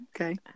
Okay